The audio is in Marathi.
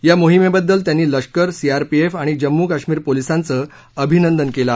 या मोहिमेबद्दल त्यांनी लष्कर सीआरपीएफ आणि जम्मू काश्मीर पोलिसांचं अभिनंदन केलं आहे